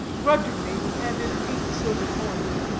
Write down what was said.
grudgingly he handed eight silver coins,